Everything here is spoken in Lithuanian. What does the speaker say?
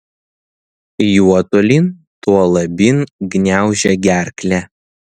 juo tolyn tuo labyn gniaužia gerklę